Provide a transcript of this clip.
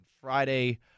Friday